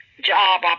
job